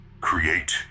create